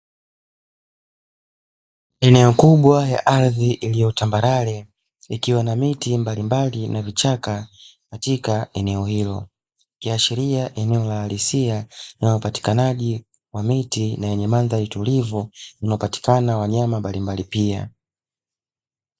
Eneo kubwa la ardhi iliyo tambarare ikiwa na miti mbali mbali na vichaka katika eneo hilo, ikiashiria eneo la halisia na wapatikanaji wa miti na yenye mandhari utulivu unapatikana wanyama mbali mbali pia.